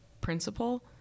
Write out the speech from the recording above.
principle